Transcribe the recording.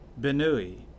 Benui